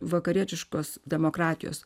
vakarietiškos demokratijos